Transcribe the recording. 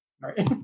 Sorry